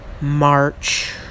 march